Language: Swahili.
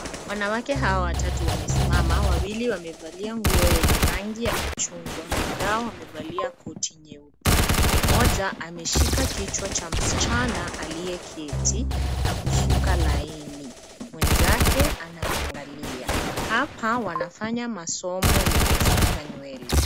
Wanawake hawa watatu wamesimama. Wawili wamevalia nguo yenye rangi ya machungwa. Mwenzao amevalia koti nyeupe. Mmoja ameshika kichwa cha msichana aliyeketi na kusuka laini. Mwenzake anamuangalia. Hapa wanafanya masomo ya kusuka nywele.